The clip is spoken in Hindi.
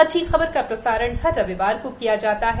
अच्छी खबर का प्रसारण हर रविवार को किया जाता है